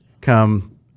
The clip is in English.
come